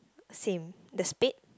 same the spade